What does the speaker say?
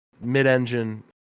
mid-engine